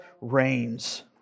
reigns